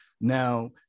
Now